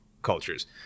Cultures